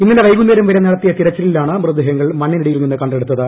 ഇന്നലെ വൈകുന്നേരംവരെ ക്രട്ടിത്തിയ തിരച്ചിലിലാണ് മൃതദേഹങ്ങൾ മണ്ണിനടിയിൽ നിന്നു കണ്ടെടുത്തത്